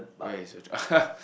where is your